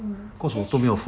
mm that's true